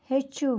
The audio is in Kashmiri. ہیٚچھِو